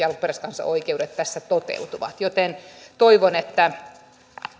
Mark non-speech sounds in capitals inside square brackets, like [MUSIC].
[UNINTELLIGIBLE] alkuperäiskansaoikeudet tässä toteutuvat joten toivon että